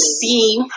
see